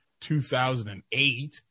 2008